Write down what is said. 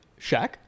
Shaq